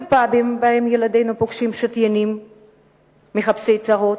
בפאבים, שבהם ילדינו פוגשים שתיינים מחפשי צרות,